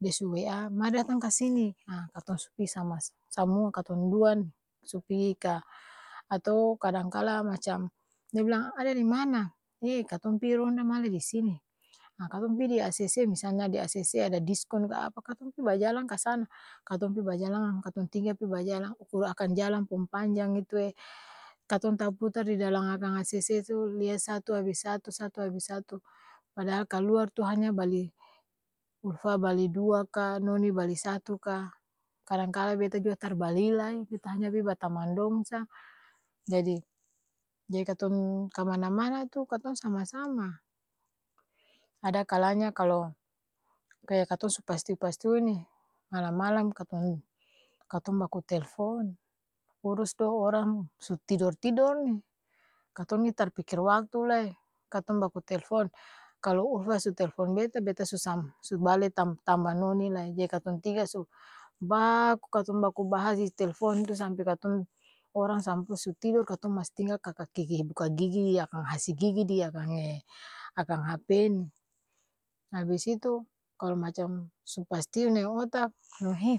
De su wa mari datang kasini ha katong su pi sama samua katong dua ni su pigi ka ato kadang kala macam dong bilang ada dimana? Ee katong pi ronda mari di sini, ha katong pi di acc misalnya di acc ada diskon ka apa ka katong pi bajalang kasana, katong pi bajalang la katong tiga pi bajalang ukur akang jalang pung panjang itu e, katong taputar di dalang akang acc tu lia satu abis satu satu abis satu, padahal kaluar tu hanya bali ulfa bali dua ka noni bali satu ka kadang kala beta jua tar bali lai beta hanya pi par batamang dong sa jadi, jadi katong kamana-mana tu katong sama-sama, ada kala nya kalo kaya katong su pastiu-pastiu ini, malam-malam katong katong baku telfon, urus do orang su tidor-tidor ni, katong ni tar pikir waktu lai katong baku telfon kalo ulfa su telfon beta beta su sam su bale tam tamba noni lai jadi katong tiga su, baku katong bahas di telfon tu sampe katong orang samua su tidor katong masi tinggal kaka kiki buka gigi di hasi gigi di akang akang hape ni, abis itu kalo macam su pastiu nae otak, he